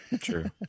true